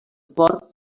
port